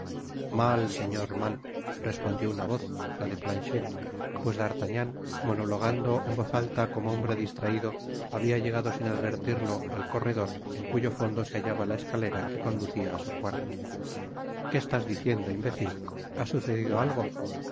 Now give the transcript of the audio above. mal señor mal respondió una voz la de planchet pues d'artagnan monologando en voz alta como hombre distraido habia llegado sin advertirlo al corredor es cuyo fondo se hallaba la escalera que conducía á su cuarto qué estás diciendo imbécil ha sucedido algo